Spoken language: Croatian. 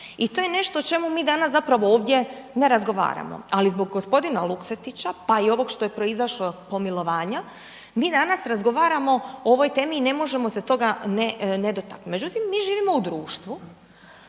i to je nešto o čemu mi danas zapravo ovdje ne razgovaramo, ali zbog g. Luksetića, pa i ovog što je proizašlo, pomilovanja, mi danas razgovaramo o ovoj temi i ne možemo se toga ne dotaknuti. Međutim, mi živimo u društvu